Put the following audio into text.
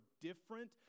different